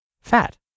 fat